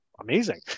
Amazing